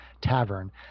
Tavern